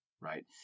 Right